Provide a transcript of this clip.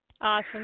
Awesome